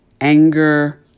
anger